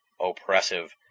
oppressive